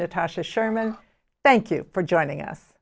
natasha sherman thank you for joining us